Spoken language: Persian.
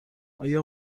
آیا